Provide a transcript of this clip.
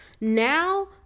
Now